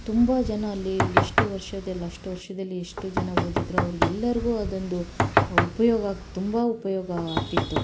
ತುಂಬ ಜನ ಅಲ್ಲಿ ಎಷ್ಟು ವರ್ಷದಲ್ಲಿ ಅಷ್ಟು ವರ್ಷದಲ್ಲಿ ಎಷ್ಟು ಜನ ಓದಿದರೋ ಅವ್ರಿಗೆಲ್ಲರ್ಗೂ ಅದೊಂದು ಉಪಯೋಗ ತುಂಬ ಉಪಯೋಗ ಆಗ್ತಿತ್ತು